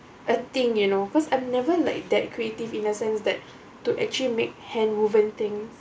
a thing you know because I'm never like that creative in a sense that to actually make hand woven thing